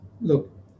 look